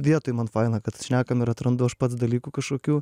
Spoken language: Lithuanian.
vietoj man faina kad šnekame ir atrandu aš pats dalykų kažkokių